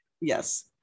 Yes